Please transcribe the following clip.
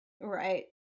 Right